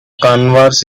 converse